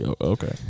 Okay